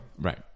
Right